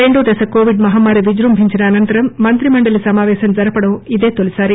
రెండోదశ covid మహమ్మారి విజృంభించిన అనంతరం మంత్రిమండలి సమాపేశం జరపడం ఇదే మొదటి సారి